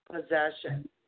possession